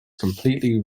completely